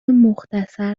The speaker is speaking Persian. مختصر